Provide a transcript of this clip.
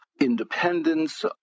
independence